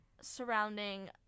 surrounding